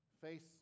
face